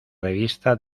revista